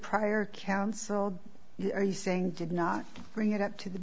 prior counsel are you saying did not bring it up to the